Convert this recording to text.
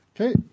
okay